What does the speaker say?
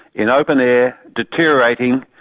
in open air, deteriorating.